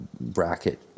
bracket